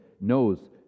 knows